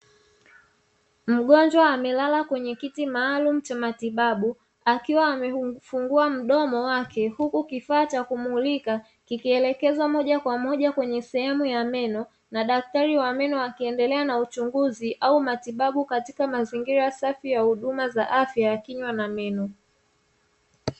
Mgonjwa amelala kwenye kiti maalumu cha matibabu, akiwa amefungua mdomo wake huku kifaa cha kumulika kikielekezwa moja kwa moja kwenye sehemu ya meno, na daktari wa meno akiendelea na uchunguzi au matibabu katika mazingira safi ya huduma za afya ya kinywa na meno.